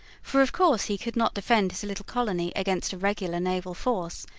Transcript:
for of course he could not defend his little colony against a regular naval force,